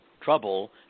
trouble